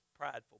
prideful